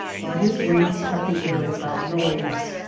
but his wings cut the air without noise.